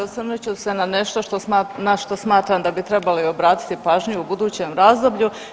Osvrnut ću se na nešto što na smatram da bi trebali obratiti pažnju i u budućem razdoblju.